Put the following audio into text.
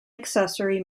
accessory